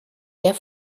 der